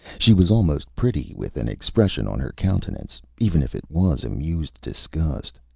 she was almost pretty with an expression on her countenance, even if it was amused disgust.